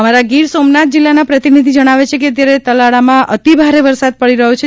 અમારા ગીર સોમનાથ જિલ્લાના પ્રતિનીધી જણાવે છે કે અત્યારે તલાલામાં અતિભારે વરસાદ પડી રહ્યો છે